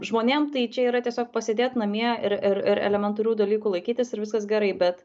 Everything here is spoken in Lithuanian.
žmonėm tai čia yra tiesiog pasėdėt namie ir ir elementarių dalykų laikytis ir viskas gerai bet